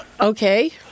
Okay